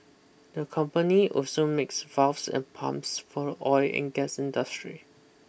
the company also makes valves and pumps for the oil and gas industry